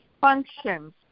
functions